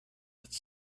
its